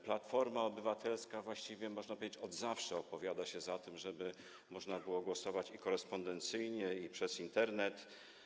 Platforma Obywatelska właściwie, można powiedzieć, od zawsze opowiada się za tym, żeby można było głosować i korespondencyjnie, i przez Internet.